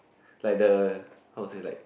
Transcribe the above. like the how to say like